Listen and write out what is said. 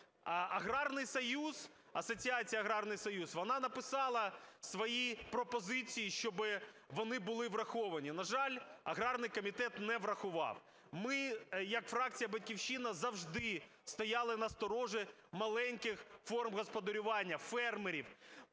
"Агарний союз", асоціація "Аграрний союз", вона написала свої пропозиції, щоби вони були враховані. На жаль, аграрний комітет не врахував. Ми як фракція "Батьківщина" завжди стояли на сторожі маленьких форм господарювання, фермерів.